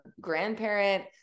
grandparent